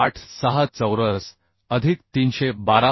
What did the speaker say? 86 चौरस अधिक 312